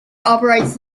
operates